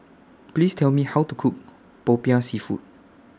Please Tell Me How to Cook Popiah Seafood